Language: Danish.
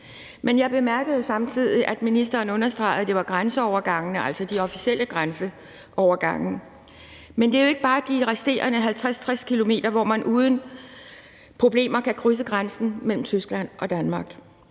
Men jeg bemærkede samtidig, at ministeren understregede, det var grænseovergangene, altså de officielle grænseovergange. Men det er jo ikke bare de resterende 50-60 km, hvor man uden problemer kan krydse grænsen mellem Tyskland og Danmark,